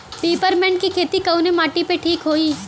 Peppermint के खेती कवने माटी पे ठीक होई?